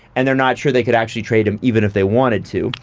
and they're not sure they could actually trade him even if they wanted to.